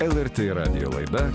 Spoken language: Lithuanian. lrt radijo laida